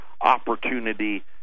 opportunity